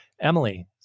Emily